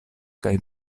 kaj